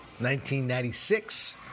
1996